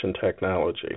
technology